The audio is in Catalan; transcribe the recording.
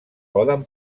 poden